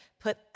put